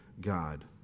God